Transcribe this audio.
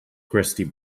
crusty